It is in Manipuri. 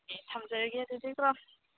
ꯑꯦ ꯊꯝꯖꯔꯒꯦ ꯑꯗꯨꯗꯤꯀꯣ